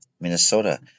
Minnesota